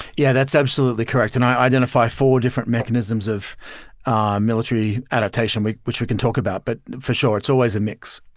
yeah, that's absolutely correct. and i identify four different mechanisms of military adaptation, which we can talk about, but for sure it's always a mix.